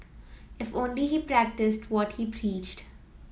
if only he practised what he preached